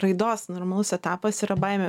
raidos normalus etapas yra baimė